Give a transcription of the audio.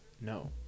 No